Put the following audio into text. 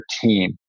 team